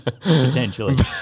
Potentially